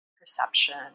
perception